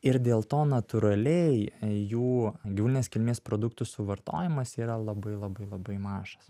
ir dėl to natūraliai jų gyvulinės kilmės produktų suvartojimas yra labai labai labai mažas